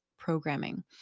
programming